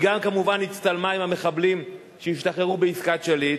היא גם כמובן הצטלמה עם המחבלים שהשתחררו בעסקת שליט,